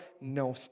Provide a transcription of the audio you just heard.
no